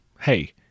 hey